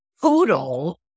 Poodle